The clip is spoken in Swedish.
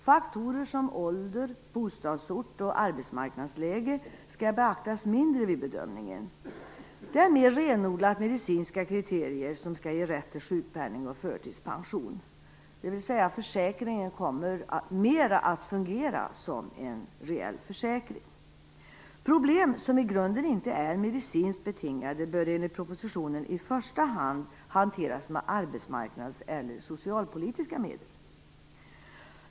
Faktorer som ålder, bostadsort och arbetsmarknadsläge skall beaktas mindre vid bedömningen. Det är mer renodlat medicinska kriterier som ska ge rätt till sjukpenning och förtidspension, dvs. försäkringen kommer mera att fungera som en reell försäkring. Problem som i grunden inte är medicinskt betingade bör enligt propositionen i första hand hanteras med arbetsmarknads eller socialpolitiska medel.